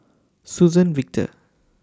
Suzann Victor